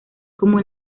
como